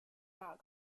not